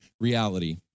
reality